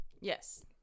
yes